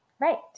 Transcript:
right